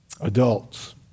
Adults